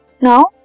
Now